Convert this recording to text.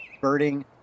birding